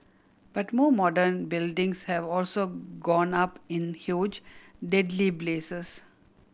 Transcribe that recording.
but more modern buildings have also gone up in huge deadly blazes